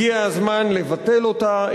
הגיע הזמן לבטל אותה,